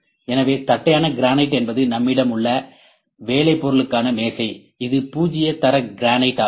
எனவே தட்டையான கிரானைட் என்பது நம்மிடம் உள்ள வேலை பொருளுக்கான மேசை அது பூஜ்ஜிய தர கிரானைட் ஆகும்